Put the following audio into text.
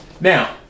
Now